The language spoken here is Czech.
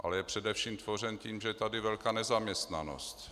Ale je především tvořen tím, že je tady velká nezaměstnanost.